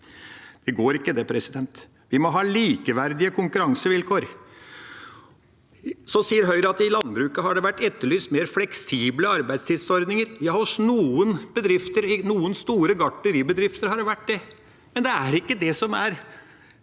Det går ikke, det. Vi må ha likeverdige konkurransevilkår. Høyre sier at i landbruket har det vært etterlyst mer fleksible arbeidstidsordninger. Ja, hos noen bedrifter, i noen store gartneribedrifter, har det vært det, men det er ikke det som er